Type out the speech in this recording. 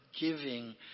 giving